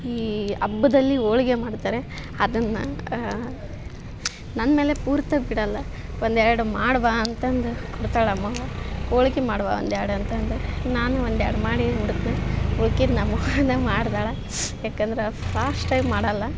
ಈ ಹಬ್ಬದಲ್ಲಿ ಹೋಳಿಗೆ ಮಾಡ್ತಾರೆ ಅದನ್ನ ನನ್ಮೇಲೆ ಪೂರ್ತ್ಯಗಿ ಬಿಡಲ್ಲ ಒಂದರೆಡು ಮಾಡು ಬಾ ಅಂತಂದು ಕೊಡ್ತಾಳ ನಮ್ಮವ್ವ ಹೋಳಿಗೆ ಮಾಡುವ ಒಂಡೆರಡು ಅಂತಂದು ನಾನು ಒಂದರೆಡು ಮಾಡಿ ಹೋಡ್ತ್ನೆ ಉಲ್ಕಿದ್ದು ನಮ್ಮವನೇ ಮಾಡ್ತಾಳ ಏಕಂದರೆ ಪಾಸ್ಟ್ ಆಗಿ ಮಾಡಲ್ಲ